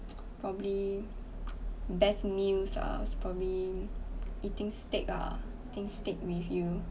probably best meals ah probably eating steak ah eating steak with you